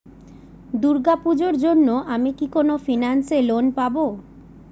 দূর্গা পূজোর জন্য আমি কি কোন ফাইন্যান্স এ লোন পাবো?